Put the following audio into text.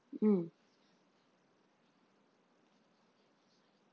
mm